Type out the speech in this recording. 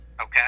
Okay